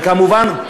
וכמובן,